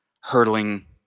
hurtling